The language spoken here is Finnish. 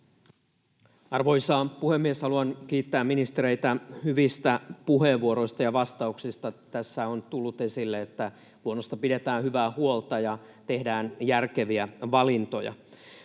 Arvoisa puhemies! Haluan kiittää ministereitä hyvistä puheenvuoroista ja vastauksista. Tässä on tullut esille, että luonnosta pidetään hyvää huolta ja tehdään järkeviä valintoja.